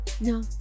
No